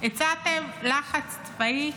הצעתם לחץ צבאי,